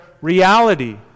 reality